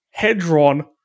Hedron